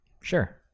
Sure